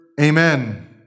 amen